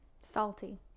Salty